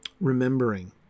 remembering